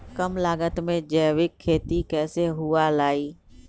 कम लागत में जैविक खेती कैसे हुआ लाई?